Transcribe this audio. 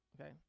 Okay